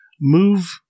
move